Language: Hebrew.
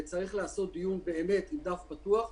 וצריך לעשות דיון באמת עם דף פתוח,